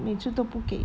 每次都不给